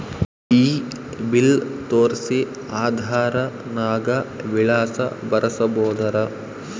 ಈ ಬಿಲ್ ತೋಸ್ರಿ ಆಧಾರ ನಾಗ ವಿಳಾಸ ಬರಸಬೋದರ?